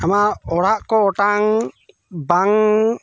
ᱚᱱᱟ ᱚᱲᱟᱜ ᱠᱚ ᱚᱴᱟᱝ ᱵᱟᱝ